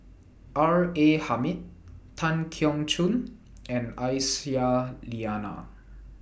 R A Hamid Tan Keong Choon and Aisyah Lyana